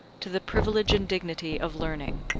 to the privilege and dignity of learning.